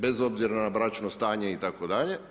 Bez obzira na bračno stanje itd.